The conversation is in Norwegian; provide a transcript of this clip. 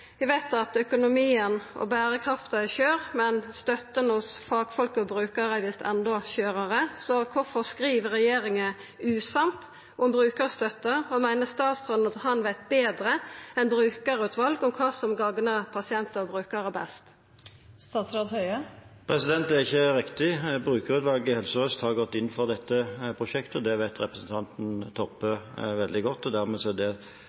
berekrafta er skjør, men støtta hos fagfolk og brukarar er visst endå skjørare, så kvifor skriv regjeringa usant om brukarstøtte, og meiner statsråden at han veit betre enn brukarutval om kva som gagnar pasientar og brukarar mest? Det er ikke riktig. Brukerutvalget i Helse Sør-Øst har gått inn for dette prosjektet. Det vet representanten Toppe veldig godt. Dermed er det